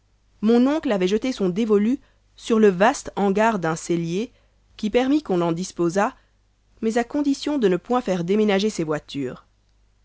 mon oncle avait jeté son dévolu sur le vaste hangard d'un sellier qui permit qu'on en disposât mais à condition de ne point faire déménager ses voitures